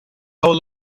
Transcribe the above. whole